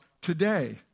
today